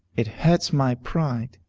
it hurts my pride.